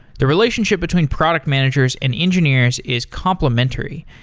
the relationship between product managers and engineers is complementary.